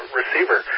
receiver